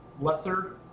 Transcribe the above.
lesser